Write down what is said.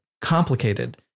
complicated